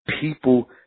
people